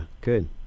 good